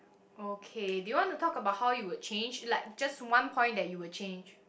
okay do you want to talk about how you would change like just one point that you will change